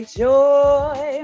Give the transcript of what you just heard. joy